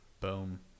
boom